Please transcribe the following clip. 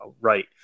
right